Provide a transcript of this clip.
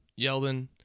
Yeldon